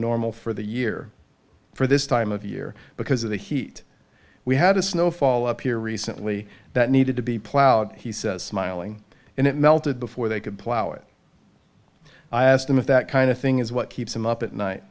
normal for the year for this time of year because of the heat we had a snow fall up here recently that needed to be plowed he says smiling and it melted before they could plow it i asked him if that kind of thing is what keeps him up at night